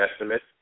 estimates